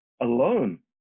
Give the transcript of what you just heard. alone